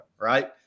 right